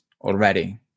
already